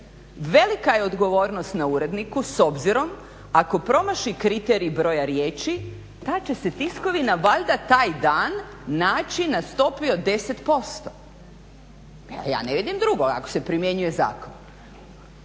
velika je odgovornost na uredniku s obzirom ako promaši kriterij broja riječi ta će se tiskovina valjda taj dan naći na stopi od 10%. Pa ja ne vidim drugo ako se primjenjuje zakon!